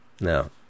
No